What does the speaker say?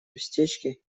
местечке